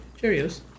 Cheers